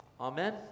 Amen